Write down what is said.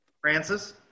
Francis